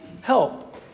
help